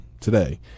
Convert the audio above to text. today